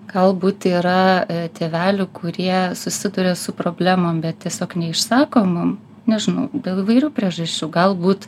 galbūt yra tėvelių kurie susiduria su problemom bet tiesiog neišsako mum nežinau dėl įvairių priežasčių galbūt